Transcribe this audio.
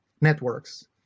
networks